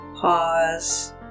Pause